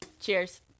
Cheers